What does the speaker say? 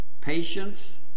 patience